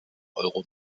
euro